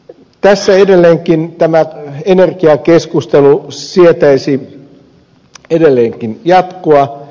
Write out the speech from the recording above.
tässä tämän energiakeskustelun sietäisi edelleenkin jatkua